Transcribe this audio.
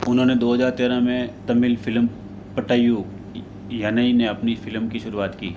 उन्होंने दो हज़ार तेरह में तमिल फ़िल्म पट्टायु यानेई ने अपनी फ़िल्म की शुरुआत की